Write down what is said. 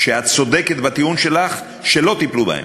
שאת צודקת בטיעון שלך שלא טיפלו בהם,